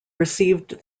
received